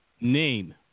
name